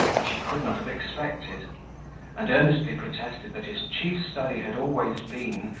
which he could not have expected and earnestly protested, that his chief study had always been,